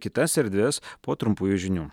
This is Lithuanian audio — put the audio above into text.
kitas erdves po trumpųjų žinių